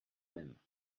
même